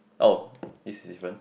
oh this is different